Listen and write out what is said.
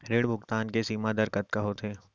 ऋण भुगतान के सीमा दर कतका होथे?